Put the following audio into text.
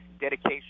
dedication